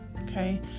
okay